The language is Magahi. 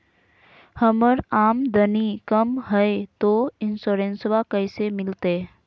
हमर आमदनी कम हय, तो इंसोरेंसबा कैसे मिलते?